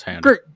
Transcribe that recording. great